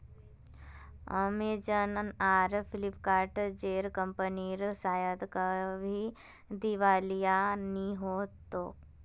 Amazon आर Flipkart जेर कंपनीर शायद कभी दिवालिया नि हो तोक